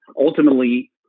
Ultimately